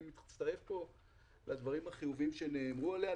אני מצטרף לדברים החיוביים שנאמרו כאן עליה.